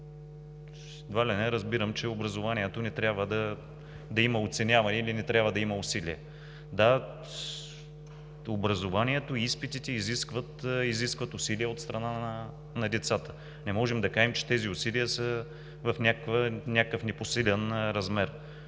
едва ли не разбирам, че образованието не трябва да има оценяване, или не трябва да има усилие. Да, образованието и изпитите изискват усилие от страна на децата. Не можем да кажем, че тези усилия са в някакъв непосилен размер.